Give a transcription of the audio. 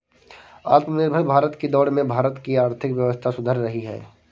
आत्मनिर्भर भारत की दौड़ में भारत की आर्थिक व्यवस्था सुधर रही है